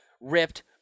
ripped